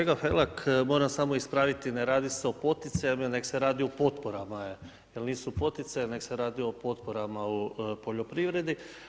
Kolega Felak, moram samo ispraviti, ne radi se poticajima nego se radi o potporama jer nisu poticaji nego se radi o potporama u poljoprivredi.